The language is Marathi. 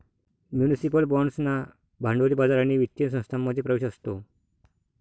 म्युनिसिपल बाँड्सना भांडवली बाजार आणि वित्तीय संस्थांमध्ये प्रवेश असतो